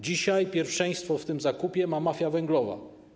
Dzisiaj pierwszeństwo w tym zakupie ma mafia węglowa.